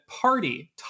Party